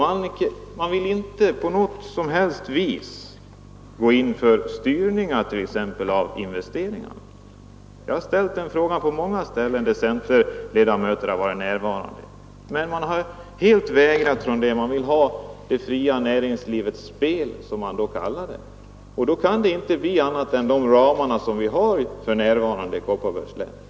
Centern vill inte på något som helst sätt gå in för styrningar av investeringarna. På många ställen där centerpartister har varit närvarande har jag frågat dem om detta, men de vill ha det fria näringslivets spel, som det kallas. Då kan det inte bli andra ramar än vi för närvarande har i Kopparbergs län.